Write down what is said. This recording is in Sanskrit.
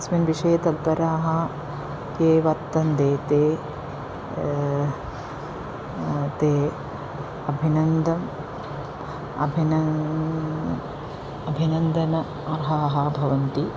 अस्मिन् विषये तत्पराः ये वर्तन्ते ते ते अभिनन्दम् अभिन अभिनन्दन अर्हाः भवन्ति